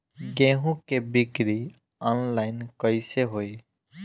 गेहूं के बिक्री आनलाइन कइसे होई?